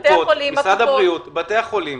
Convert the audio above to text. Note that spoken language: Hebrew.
קופות, משרד הבריאות, בתי החולים.